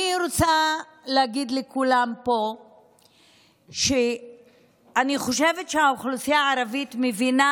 אני רוצה להגיד לכולם פה שאני חושבת שהאוכלוסייה הערבית מבינה,